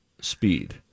speed